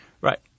Right